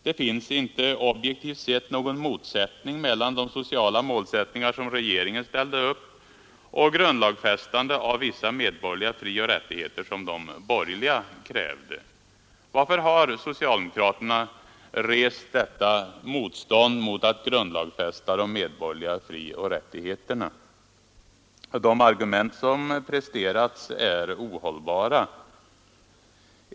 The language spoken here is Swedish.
Det finns inte objektivt sett någon motsättning mellan de sociala målsättningar som regeringen ställde upp och grundlagsfästande av vissa medborgerliga frioch rättigheter som de borgerliga krävde. Varför har socialdemokraterna rest detta motstånd mot att grundlagsfästa de medborgerliga frioch rättigheterna? De argument som presterats är ohållbara.